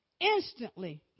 instantly